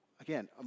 Again